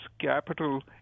capital